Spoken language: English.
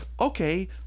okay